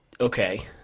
Okay